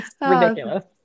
Ridiculous